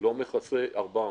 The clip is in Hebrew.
לא מכסה 400 משפחות.